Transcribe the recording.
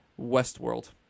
Westworld